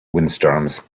windstorms